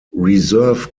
reserve